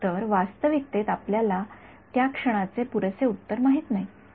तर वास्तविकतेत आपल्याला त्या प्रश्नाचे उत्तर पुरेसे माहित नाही